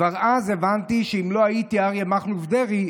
כבר אז הבנתי שאם לא היית אריה מכלוף דרעי,